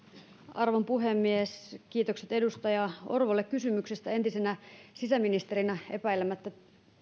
arvon puhemies kiitokset edustaja orvolle kysymyksestä entisenä sisäministerinä epäilemättä